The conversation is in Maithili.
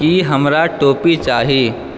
ई हमरा टोपी चाही